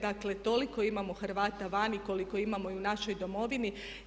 Dakle, toliko imamo Hrvata vani koliko imamo i u našoj Domovini.